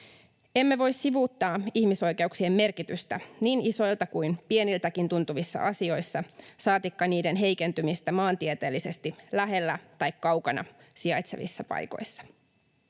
Emme voi sivuuttaa ihmisoikeuksien merkitystä niin isoilta kuin pieniltäkään tuntuvissa asioissa saatikka niiden heikentymistä maantieteellisesti lähellä tai kaukana sijaitsevissa paikoissa.